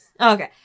Okay